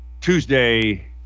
Tuesday